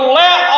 let